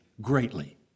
greatly